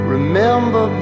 Remember